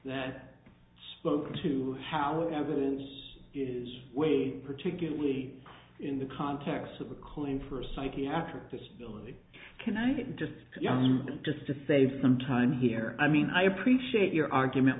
that spoke to our evidence is way particularly in the context of a call in for a psychiatric disability can i just you know just to save some time here i mean i appreciate your argument